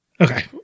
Okay